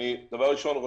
דבר ראשון,